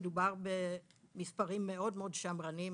מדובר במספרים מאוד-מאוד שמרניים.